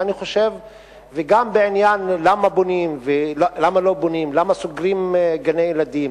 גם העניין של למה סוגרים גני-ילדים,